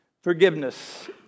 Forgiveness